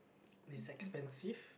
it's expensive